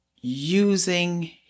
using